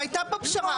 שהייתה פה פשרה,